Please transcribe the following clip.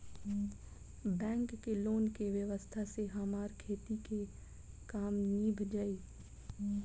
bank के loan के व्यवस्था से हमार खेती के काम नीभ जाई